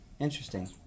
interesting